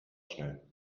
schnell